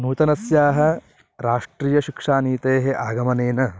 नूतनस्याः राष्ट्रीयशिक्षानीतेः आगमनेन